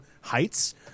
heights